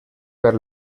per